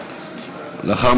אחוזים.